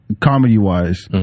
comedy-wise